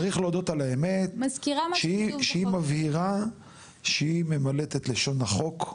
צריך להודות על האמת שהיא מבהירה שהיא ממלאת את לשון החוק,